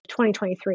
2023